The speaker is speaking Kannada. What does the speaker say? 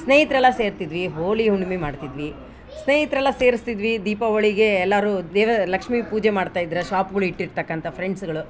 ಸ್ನೇಹಿತರೆಲ್ಲ ಸೇರುತಿದ್ವಿ ಹೋಳಿ ಹುಣ್ಣಿಮೆ ಮಾಡ್ತಿದ್ವಿ ಸ್ನೇಹಿತರೆಲ್ಲ ಸೇರಿಸ್ತಿದ್ವಿ ದೀಪಾವಳಿಗೆ ಎಲ್ಲರೂ ದೇವ ಲಕ್ಷ್ಮೀ ಪೂಜೆ ಮಾಡ್ತಾ ಇದ್ರೆ ಶಾಪ್ಗಳ್ ಇಟ್ಟಿರ್ತಕ್ಕಂಥ ಫ್ರೆಂಡ್ಸ್ಗಳು